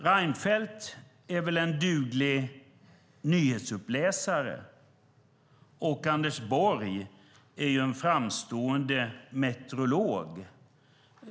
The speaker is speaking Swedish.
Reinfeldt är väl en duglig nyhetsuppläsare, och Anders Borg är ju en framstående meteorolog.